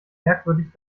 merkwürdig